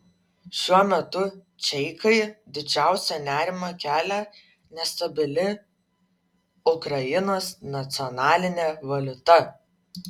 šiuo metu čeikai didžiausią nerimą kelia nestabili ukrainos nacionalinė valiuta